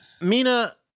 Mina